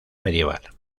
medieval